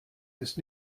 ist